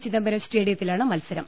ചിദംബരം സ്റ്റേഡിയത്തിലാണ് മത്സരം